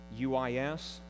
UIS